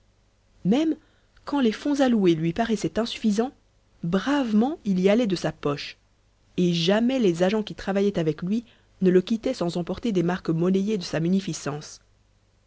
même quand les fonds alloués lui paraissaient insuffisants bravement il y allait de sa poche et jamais les agents qui travaillaient avec lui ne le quittaient sans emporter des marques monnayées de sa munificence